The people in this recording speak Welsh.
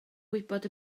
gwybod